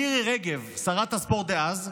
מירי רגב, שרת הספורט דאז,